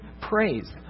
praise